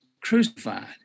crucified